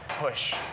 push